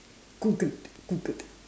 googled googled